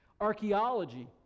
Archaeology